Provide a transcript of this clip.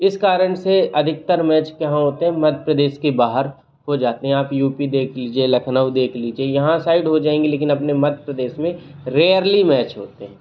इस कारण से अधिकतर मैच कहाँ होते हैं मध्य प्रदेश के बाहर हो जाते हैं आप यू पी देख लीजिए लखनऊ देख लीजिए यहाँ साइड हो जाएँगे लेकिन अपने मध्य प्रदेश में रेयरली मैच होते हैं